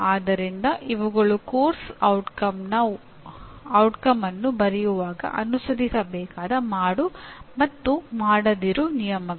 ಆದ್ದರಿಂದ ಇವುಗಳು ಪಠ್ಯಕ್ರಮದ ಪರಿಣಾಮವನ್ನು ಬರೆಯುವಾಗ ಅನುಸರಿಸಬೇಕಾದ ಮಾಡು ಮತ್ತು ಮಾಡದಿರು ನಿಯಮಗಳು